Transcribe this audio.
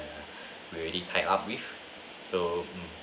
we already tied up with so